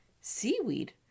seaweed